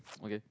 okay